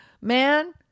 Man